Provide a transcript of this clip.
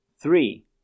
three